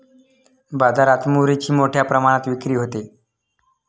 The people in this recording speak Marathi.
बाजारात मुरीची मोठ्या प्रमाणात विक्री होते